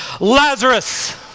Lazarus